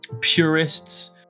purists